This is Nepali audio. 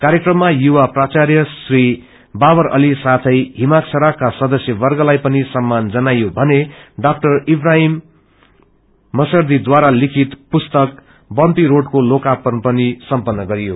कार्यक्रममायुवा प्रार्चाय श्री बाबर अली साथै हिमाक्षराका सदस्यवर्गलाइ पनि सममान जनाईयो भने डाक्टर इब्राहिम पर्सदीद्वारा लिखित पुस्तक बम्पी रोड को लोकार्पण पनि सम्पन्न गरियो